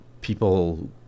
people